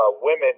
women